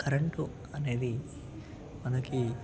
current అనేది మనకి